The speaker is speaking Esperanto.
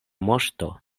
moŝto